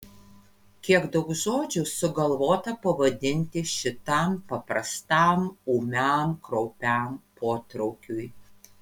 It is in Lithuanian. kiek daug žodžių sugalvota pavadinti šitam paprastam ūmiam kraupiam potraukiui